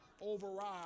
override